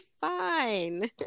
fine